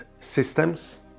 systems